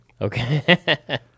Okay